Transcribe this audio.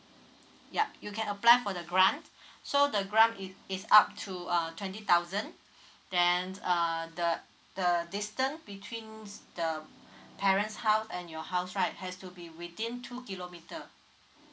yup you can apply for the grant so the grant it is up to uh twenty thousand then uh the the distance betweens the parents house and your house right has to be within two kilometre